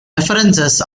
references